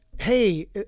hey